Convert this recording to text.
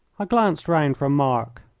glanced round for a mark.